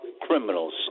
criminals